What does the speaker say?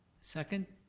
second?